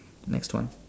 next one